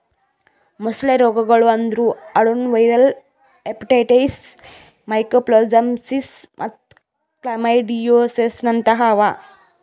ಮೊಸಳೆ ರೋಗಗೊಳ್ ಅಂದುರ್ ಅಡೆನೊವೈರಲ್ ಹೆಪಟೈಟಿಸ್, ಮೈಕೋಪ್ಲಾಸ್ಮಾಸಿಸ್ ಮತ್ತ್ ಕ್ಲಮೈಡಿಯೋಸಿಸ್ನಂತಹ ಅವಾ